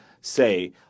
say